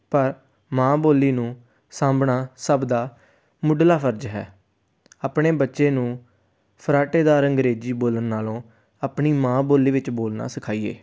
ਪਰ ਮਾਂ ਬੋਲੀ ਨੂੰ ਸਾਂਭਣਾ ਸਭ ਦਾ ਮੁੱਢਲਾ ਫਰਜ਼ ਹੈ ਆਪਣੇ ਬੱਚੇ ਨੂੰ ਫਰਾਟੇਦਾਰ ਅੰਗਰੇਜ਼ੀ ਬੋਲਣ ਨਾਲੋਂ ਆਪਣੀ ਮਾਂ ਬੋਲੀ ਵਿੱਚ ਬੋਲਣਾ ਸਿਖਾਈਏ